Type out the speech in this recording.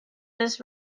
this